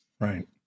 Right